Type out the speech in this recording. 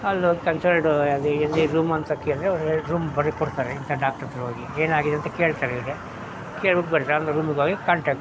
ಅಲ್ಲೋಗಿ ಕನ್ಸಲ್ಟ್ ಆಗಲಿ ಎಲ್ಲಿ ರೂಮ್ ಅಂತ ಕೇಳಿದ್ರೆ ಅವ್ರು ಹೇಳಿ ರೂಮ್ ಬರೆದ್ಕೊಡ್ತಾರೆ ಇಂಥ ಡಾಕ್ಟ್ರ್ ಹತ್ತಿರ ಹೋಗಿ ಏನಾಗಿದೆ ಅಂತ ಕೇಳ್ತಾರೆ ಇವ್ರಿಗೆ ಕೇಳ್ಬಿಟ್ಟು ಬಂದರೆ ಅಲ್ಲಿ ರೂಮಿಗೋಗಿ ಕಾಂಟೆಕ್ಟ್